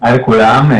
היי לכולם.